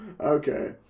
okay